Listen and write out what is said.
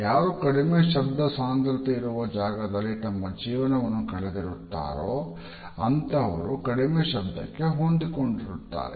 ಯಾರು ಕಡಿಮೆ ಶಬ್ದ ಸಾಂದ್ರತೆ ಇರುವ ಜಾಗದಲ್ಲಿ ತಮ್ಮ ಜೀವನವನ್ನು ಕಳೆದಿರುತ್ತಾರೋ ಅಂತಹವರು ಕಡಿಮೆ ಶಬ್ದಕ್ಕೆ ಹೊಂದಿಕೊಂಡಿರುತ್ತಾರೆ